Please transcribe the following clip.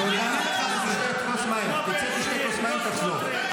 אנחנו רואים מי משבח את